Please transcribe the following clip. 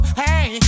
hey